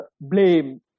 blame